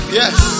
yes